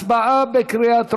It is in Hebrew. הצבעה בקריאה טרומית.